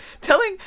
telling